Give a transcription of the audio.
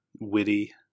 witty